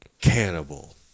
cannibal